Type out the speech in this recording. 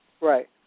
Right